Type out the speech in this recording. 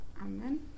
Amen